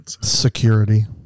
Security